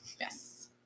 Yes